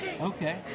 Okay